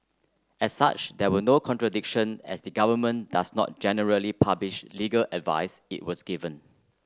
as such there was no contradiction as the government does not generally publish legal advice it was given